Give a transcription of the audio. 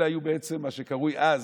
בעצם, זה מה שקראו לו אז: